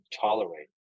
tolerate